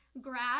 grad